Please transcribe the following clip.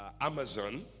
Amazon